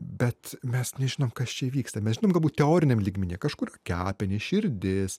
bet mes nežinom kas čia vyksta mes žinom galbūt teoriniam lygmenyje kažkur kepenys širdis